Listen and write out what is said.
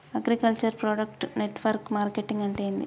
Agriculture product network marketing అంటే ఏంది?